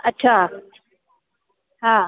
अच्छा हा